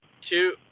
two